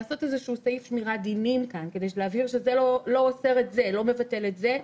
לעשות כאן סעיף שמירת דינים כדי להבהיר שזה לא מבטל את זה,